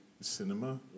cinema